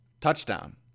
Touchdown